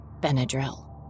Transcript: Benadryl